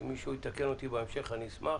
אם מישהו יתקן אותי בהמשך אני אשמח.